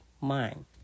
mind